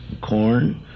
corn